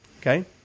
Okay